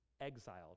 exiled